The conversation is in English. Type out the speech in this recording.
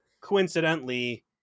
coincidentally